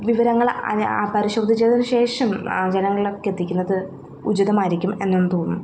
വിവരങ്ങൾ പരിശോധിച്ചതിന് ശേഷം ജനങ്ങളിലേക്ക് എത്തിക്കുന്നത് ഉചിതമായിരിക്കും എന്നും തോന്നുന്നു